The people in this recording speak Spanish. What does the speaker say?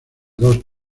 dos